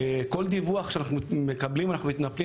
כל דיווח שאנחנו מקבלים אנחנו מתנפלים